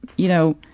you know,